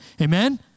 Amen